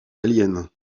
aliens